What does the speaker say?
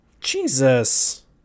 Jesus